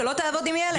שלא תעבוד עם ילדים.